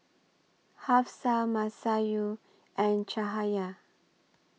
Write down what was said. Hafsa Masayu and Cahaya